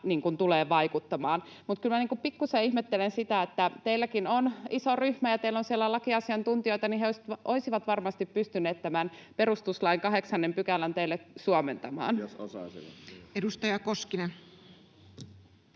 tulee vaikuttamaan. Mutta kyllä pikkusen ihmettelen, että kun teilläkin on iso ryhmä ja teillä on siellä lakiasiantuntijoita, niin he olisivat varmasti pystyneet tämän perustuslain 8 §:n teille suomentamaan. [Tere